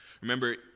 remember